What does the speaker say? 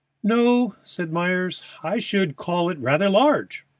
no, said myers i should call it rather large.